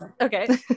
Okay